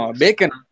bacon